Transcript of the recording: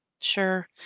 Sure